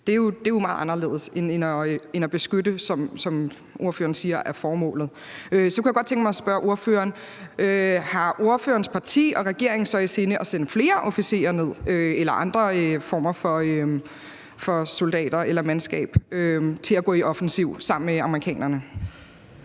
Det er jo meget anderledes end at beskytte, som ordføreren siger er formålet. Så kunne jeg godt tænke mig at spørge ordføreren: Har ordførerens parti og regeringen så i sinde at sende flere officerer, andre soldater eller andet mandskab ned for at deltage i en offensiv sammen med amerikanerne?